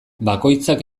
bakoitzak